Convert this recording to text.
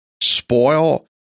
spoil